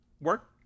work